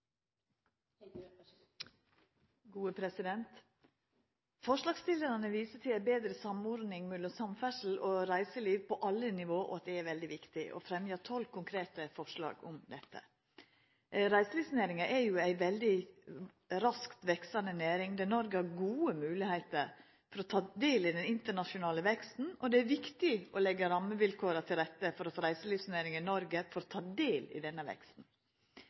gode moglegheiter for å ta del i den internasjonale veksten, og det er viktig å leggja rammevilkåra til rette for at reiselivsnæringa i Noreg får ta del i denne veksten.